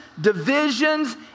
divisions